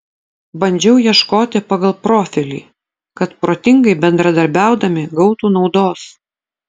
bandžiau ieškoti pagal profilį kad protingai bendradarbiaudami gautų naudos